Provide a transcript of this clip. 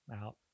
out